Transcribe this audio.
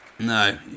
No